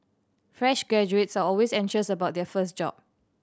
fresh graduates are always anxious about their first job